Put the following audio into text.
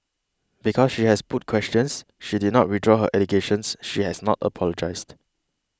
because she has put questions she did not withdraw her allegation she has not apologised